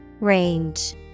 Range